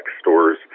stores